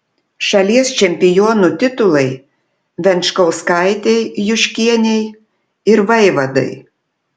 šalies čempionų titulai venčkauskaitei juškienei ir vaivadai